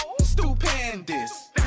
Stupendous